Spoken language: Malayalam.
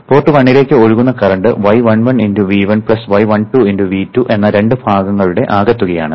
പോർട്ട് 1 ലേക്ക് ഒഴുകുന്ന current y11 × V1 y12 × V2 എന്ന രണ്ട് ഭാഗങ്ങളുടെ ആകെത്തുകയാണ്